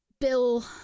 Bill